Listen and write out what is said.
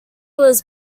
was